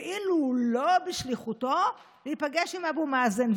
כאילו לא בשליחותו, להיפגש עם אבו מאזן.